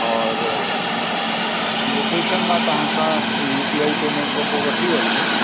औरि लोकेशन मां तव्हां सां यूपीआई पेमेंट खां पोइ वठी वठंदुमि